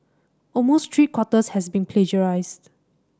almost three quarters has been plagiarised